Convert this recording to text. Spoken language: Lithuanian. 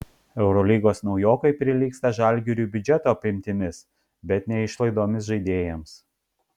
eurolygos naujokai prilygsta žalgiriui biudžeto apimtimis bet ne išlaidomis žaidėjams